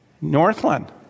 Northland